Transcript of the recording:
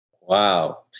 Wow